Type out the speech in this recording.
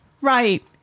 Right